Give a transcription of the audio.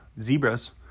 zebras